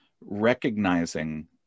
recognizing